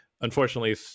unfortunately